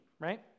right